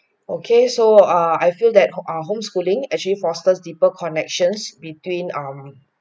okay so uh I feel that who err home schooling actually foster deeper connections between um